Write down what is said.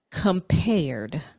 compared